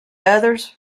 others